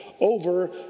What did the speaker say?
over